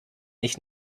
ich